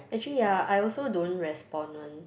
actually ya I also don't respond [one]